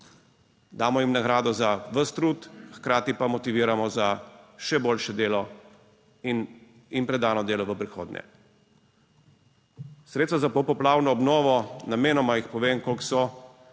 Damo jim nagrado za ves trud, hkrati pa motiviramo za še boljše delo in predano delo v prihodnje. Sredstva za popoplavno obnovo, namenoma jih povem, koliko so.